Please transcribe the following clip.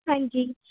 ਹਾਂਜੀ